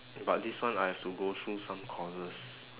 but this one I have to go through some courses